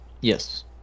Yes